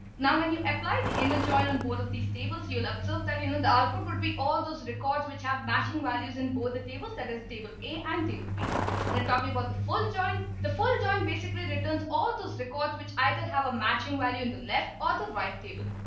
now when you apply the inner join on both of these tables you'll observe that, you know, the output would be all those records which have matching values in both the tables that is table a and table be the talking about the full joint the full joint basically returns all those records which either have a matching value in the left or the right table.